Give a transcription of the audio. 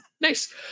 nice